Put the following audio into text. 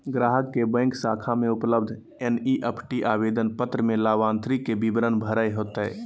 ग्राहक के बैंक शाखा में उपलब्ध एन.ई.एफ.टी आवेदन पत्र में लाभार्थी के विवरण भरे होतय